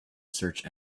search